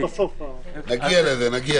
(היו"ר יעקב אשר, 11:50) נגיע לזה.